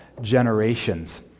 generations